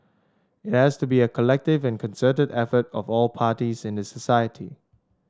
it has to be a collective and concerted effort of all parties in the society